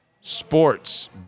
sports